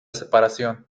separación